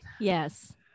yes